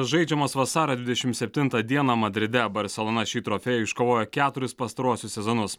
žaidžiamos vasario dvidešimt septintą dieną madride barselona šį trofėjų iškovojo keturis pastaruosius sezonus